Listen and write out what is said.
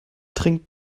trinkt